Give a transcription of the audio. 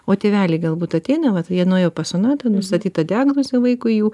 o tėveliai galbūt ateina vat jie nuėjo pas sonatą nustatyta diagnozė vaikui jų